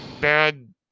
bad